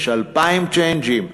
יש 2,000 צ'יינג'ים חוקיים,